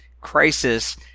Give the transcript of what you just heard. crisis